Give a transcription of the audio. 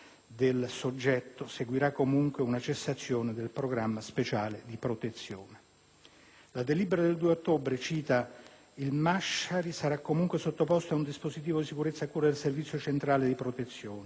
del soggetto, seguirà comunque una cessazione del programma speciale di protezione. La delibera del 2 ottobre 2008 cita: «Il Masciari sarà comunque sottoposto a un dispositivo di sicurezza a cura del servizio centrale di protezione».